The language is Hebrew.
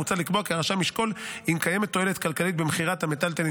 מוצע לקבוע כי הרשם ישקול אם קיימת תועלת כלכלית במכירת המיטלטלין